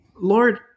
Lord